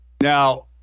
Now